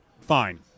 Fine